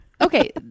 Okay